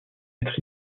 être